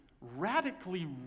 radically